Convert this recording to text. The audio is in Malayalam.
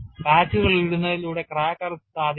പാച്ചുകൾ ഇടുന്നതിലൂടെ ക്രാക്ക് അറസ്റ്റ് സാധ്യമാണ്